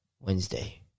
Wednesday